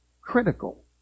critical